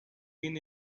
been